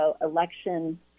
election